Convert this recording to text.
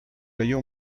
leyó